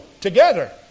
together